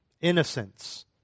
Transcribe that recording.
innocence